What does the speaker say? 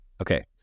Okay